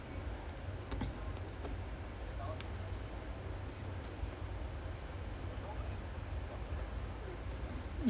orh then now is the combination actually got potential to become uh a japanese no one get replace messi lah but it's just say lah